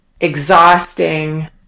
exhausting